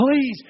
please